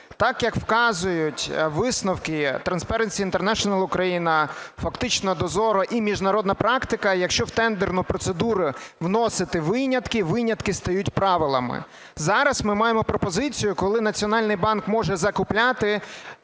Так як вказують висновки Трансперенсі Інтернешнл Україна, фактично DOZORRO і міжнародна практика: якщо в тендерну процедуру вносити винятки – винятки стають правилами. Зараз ми маємо пропозицію, коли Національний банк може закупляти,